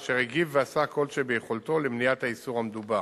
אשר הגיב ועשה כל שביכולתו למניעת האיסור המדובר.